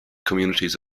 communities